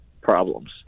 problems